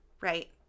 right